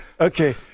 Okay